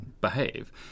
behave